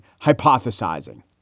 hypothesizing